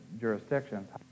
jurisdictions